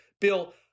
Bill